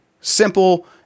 simple